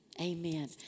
Amen